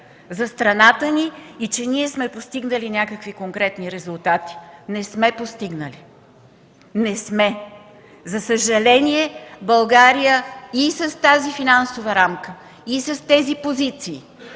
за страната ни и че сме постигнали някакви конкретни резултати. Не сме постигнали, не сме! За съжаление България с тази финансова рамка и с тези позиции